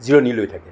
জিৰণি লৈ থাকে